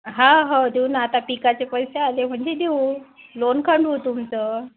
हो हो देऊ ना आता पिकाचे पैसे आले म्हणजे देऊ लोन खंडवू तुमचं